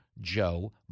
Joe